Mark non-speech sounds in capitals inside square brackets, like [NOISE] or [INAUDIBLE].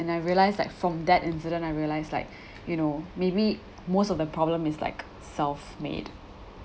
and I realised that from that incident I realised like [BREATH] you know maybe most of the problem is like self-made